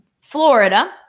Florida